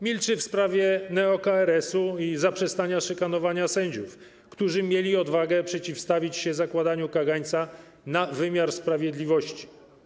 Milczy w sprawie neo-KRS-u i zaprzestania szykanowania sędziów, którzy mieli odwagę przeciwstawić się zakładaniu kagańca na wymiar sprawiedliwości.